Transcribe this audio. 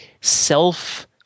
self